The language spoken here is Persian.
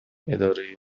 اداره